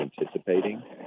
anticipating